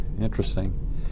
interesting